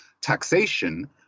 taxation